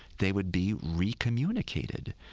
they would be recommunicated,